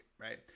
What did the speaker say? right